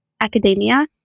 academia